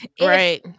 right